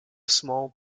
small